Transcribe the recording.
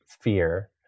fear